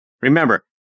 Remember